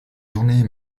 journée